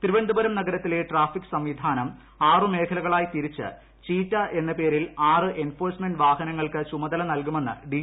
തിരുവനന്തപുരം നഗരത്തിലെ ട്രാഫിക് സംവിധാനം ആറു മേഖലകളായി തിരിച്ച് ചീറ്റ എന്ന പേരിൽ ആറ് എൻഫോഴ്സ്മെന്റ് വാഹനങ്ങൾക്ക് ചുമതല നൽകുമെന്ന് ഡി